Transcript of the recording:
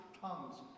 tongues